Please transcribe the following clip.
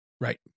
Right